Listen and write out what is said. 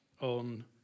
on